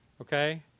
Okay